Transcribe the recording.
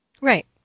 Right